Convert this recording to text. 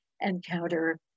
encounter